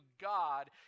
God